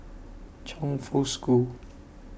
Chongfu School